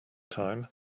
time